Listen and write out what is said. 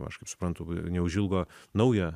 aš kaip suprantu neužilgo naują